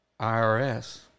IRS